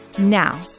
Now